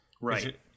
right